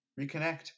Reconnect